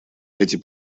эти